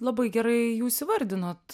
labai gerai jūs įvardinot